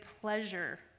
pleasure